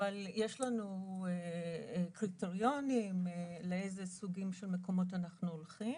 אבל יש לנו קריטריונים לאילו סוגים של מקומות אנחנו הולכים.